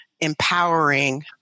empowering